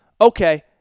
Okay